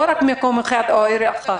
לא רק במקום אחד או בעירייה אחת.